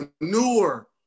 Manure